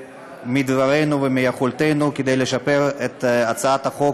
מדברינו ומיכולתנו כדי לשפר את הצעת החוק,